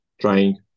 trying